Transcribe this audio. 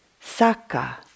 Saka